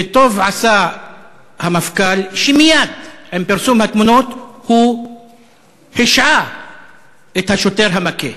וטוב עשה המפכ"ל שמייד עם פרסום התמונות הוא השעה את השוטר המכה.